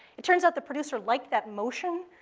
it turns out, the producer liked that motion,